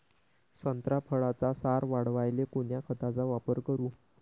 संत्रा फळाचा सार वाढवायले कोन्या खताचा वापर करू?